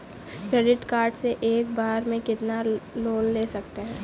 Credit card से एक बार में कितना लोन ले सकते हैं?